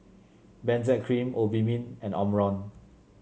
Benzac Cream Obimin and Omron